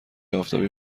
آفتابی